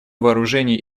вооружений